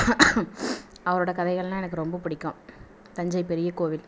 அவரோட கதைகள்னால் எனக்கு ரொம்ப பிடிக்கும் தஞ்சை பெரிய கோவில்